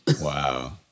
Wow